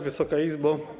Wysoka Izbo!